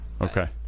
Okay